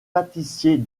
pâtissier